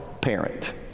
parent